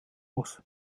muss